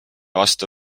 vastu